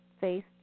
face